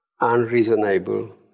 unreasonable